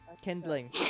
kindling